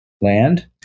land